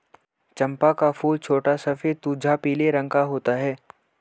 चंपा का फूल छोटा सफेद तुझा पीले रंग का होता है